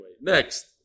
Next